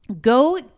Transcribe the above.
Go